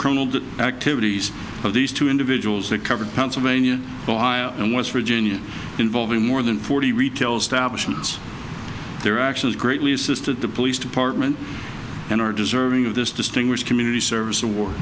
criminal the activities of these two individuals that covered pennsylvania ohio and west virginia involving more than forty retail establishment their actions greatly assisted the police department and are deserving of this distinguished community service award